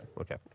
okay